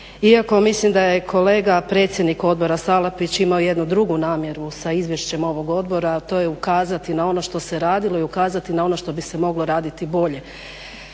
iako mislim da je kolega predsjednik Odbora Salapić imao jednu drugu namjeru sa izvješćem ovog Odbora, a to je ukazati na ono što se radilo i ukazati na ono što bi se moglo raditi bolje.